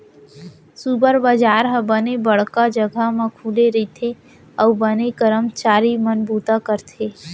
super बजार ह बने बड़का जघा म खुले रइथे अउ बने करमचारी मन बूता करथे